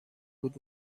بود